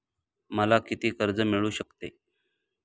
मला किती कर्ज मिळू शकते?